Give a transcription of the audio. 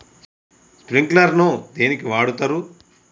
Sprinkler ను దేనికి వాడుతరు?